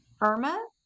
Irma